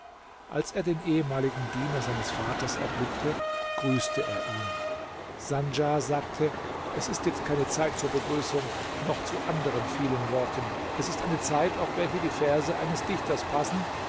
als er den ehemaligen diener seines vaters erblickte grüßte er ihn sandjar sagte es ist jetzt keine zeit zur begrüßung noch zu anderen vielen worten es ist eine zeit auf welche die verse eines dichters passen